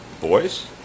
Boys